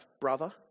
brother